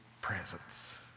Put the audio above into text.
presence